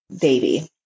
baby